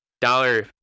dollar